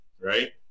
right